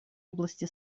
области